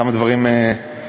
כמה דברים אליך.